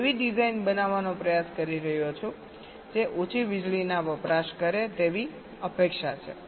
હું એવી ડિઝાઈન બનાવવાનો પ્રયાસ કરી રહ્યો છું જે ઓછી વીજળીનો વપરાશ કરે તેવી અપેક્ષા છે